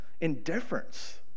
indifference